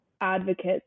advocates